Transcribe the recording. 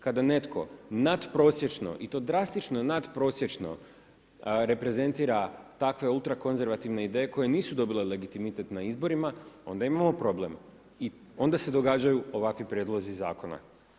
Kada netko nadprosječno i to drastično nadprosječno reprezentira takve ultrakonzervativne ideje koje nisu dobile legitimitet na izborima, onda imamo problem, onda se događaju ovakvi prijedlozi zakona.